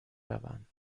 روم